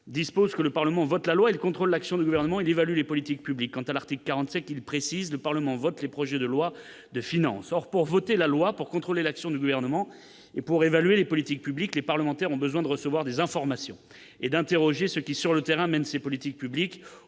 dispose que le Parlement vote la loi, le contrôle l'action du gouvernement et d'évaluer les politiques publiques quant à l'article 45, il précise : le Parlement vote le projet de loi de finances, or pour voter la loi pour contrôler l'action du gouvernement et pour évaluer les politiques publiques, les parlementaires ont besoin de recevoir des informations et d'interroger ce qui sur le terrain même ces politiques publiques